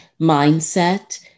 mindset